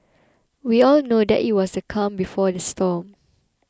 we all know that it was the calm before the storm